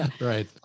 Right